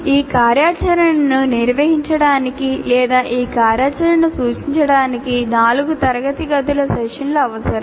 ఈ కార్యాచరణను నిర్వహించడానికి లేదా ఈ కార్యాచరణను సూచించడానికి నాలుగు తరగతి గదుల సెషన్లు అవసరం